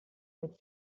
mit